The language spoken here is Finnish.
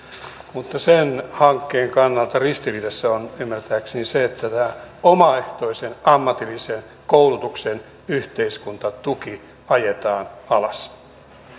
mutta sen hankkeen kannalta ristiriidassa on ymmärtääkseni se että tämä omaehtoisen ammatillisen koulutuksen yhteiskuntatuki ajetaan alas